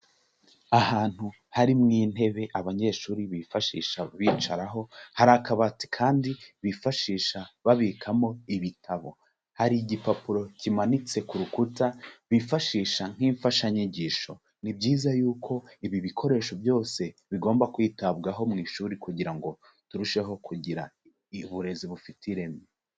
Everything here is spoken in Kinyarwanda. Ahantu harimo intebe abanyeshuri bifashisha bicaraho, hari akabatsi kandi bifashisha babikamo ibitabo hari igipapuro kimanitse ku rukuta bifashisha nk'imfashanyigisho, ni byiza yuko ibi bikoresho byose bigomba kwitabwaho mu ishuri kugira ngo turusheho kugira uburezi bufite ireme.